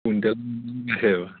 quintal